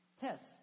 tests